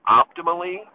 optimally